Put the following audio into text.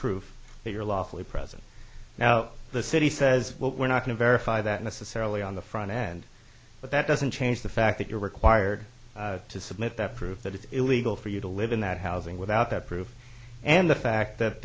proof that your lawfully present now the city says we're not going to verify that necessarily on the front end but that doesn't change the fact that you're required to submit that proof that it's illegal for you to live in that housing without that proof and the fact that